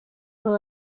who